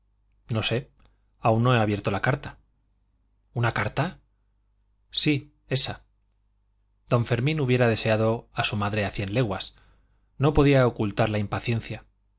no sé aún no he abierto la carta una carta sí esa don fermín hubiera deseado a su madre a cien leguas no podía ocultar la impaciencia